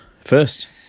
first